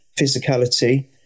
physicality